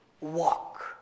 walk